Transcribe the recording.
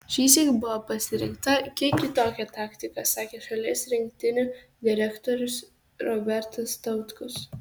šįsyk buvo pasirinkta kiek kitokia taktika sakė šalies rinktinių direktorius robertas tautkus